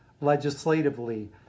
legislatively